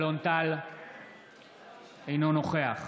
אינו נוכח